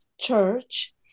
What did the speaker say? church